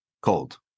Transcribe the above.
cold